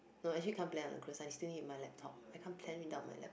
no actually can't plan on the cruise I still need my laptop I can't plan without my laptop